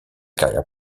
carrière